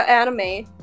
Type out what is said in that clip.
anime